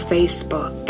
Facebook